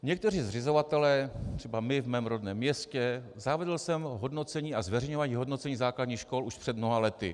Někteří zřizovatelé, třeba my, v mém rodném městě, zavedl jsem hodnocení a zveřejňování hodnocení základních škol už před mnoha lety.